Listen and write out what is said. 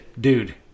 dude